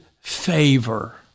favor